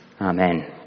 Amen